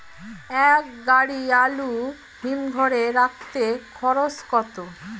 এক গাড়ি আলু হিমঘরে রাখতে খরচ কত?